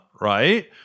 right